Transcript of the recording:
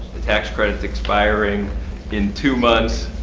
the tax credit's expiring in two months.